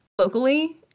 locally